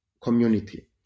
community